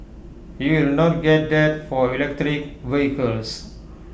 you will not get that for electric vehicles